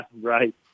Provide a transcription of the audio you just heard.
right